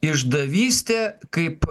išdavystė kaip